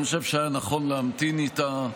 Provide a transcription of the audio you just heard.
אני חושב שהיה נכון להמתין איתה,